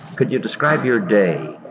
could you describe your day,